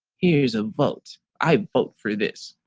here's a vote, i vote for this.